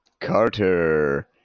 Carter